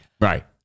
right